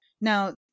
Now